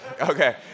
Okay